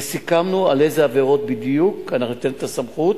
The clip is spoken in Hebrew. וסיכמנו באיזה עבירות בדיוק אנחנו ניתן את הסמכות,